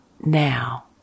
now